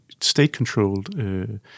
state-controlled